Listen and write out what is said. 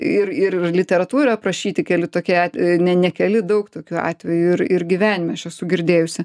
ir ir literatūroj yra aprašyti keli tokie at ne ne keli daug tokių atvejų ir ir gyvenime aš esu girdėjusi